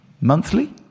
Monthly